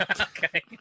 Okay